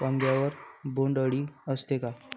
वांग्यावर बोंडअळी असते का?